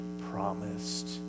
promised